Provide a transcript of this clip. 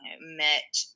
met